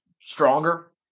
stronger